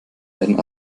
werden